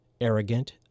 arrogant